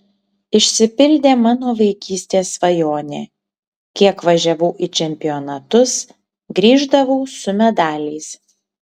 išsipildė mano vaikystės svajonė kiek važiavau į čempionatus grįždavau su medaliais